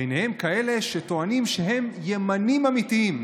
יש בהם כאלה שטוענים שהם ימנים אמיתיים,